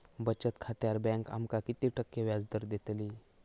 बचत खात्यार बँक आमका किती टक्के व्याजदर देतली?